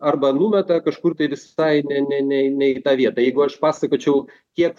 arba numeta kažkur tai visai ne ne ne ne į tą vietą jeigu aš pasakočiau kiek